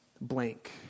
blank